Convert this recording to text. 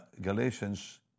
Galatians